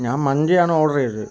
ഞാൻ മന്തിയാണ് ഓർഡറ് ചെയ്തത്